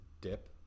dip